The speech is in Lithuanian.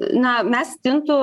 na mes stintų